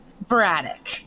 Braddock